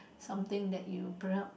something that you perhaps